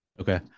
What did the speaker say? Okay